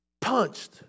punched